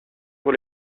pour